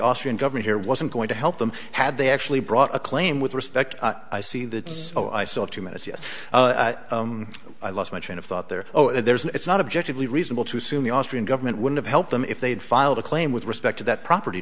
austrian government here wasn't going to help them had they actually brought a claim with respect i see that oh i saw it two minutes yes i lost my train of thought there there's no it's not objective lee reasonable to assume the austrian government would have helped them if they had filed a claim with respect to that property